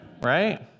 Right